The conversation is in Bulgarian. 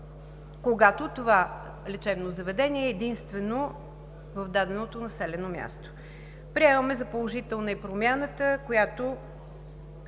когато това лечебно заведение е единствено в даденото населено място. Приемаме за положителна и промяната, която